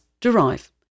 derive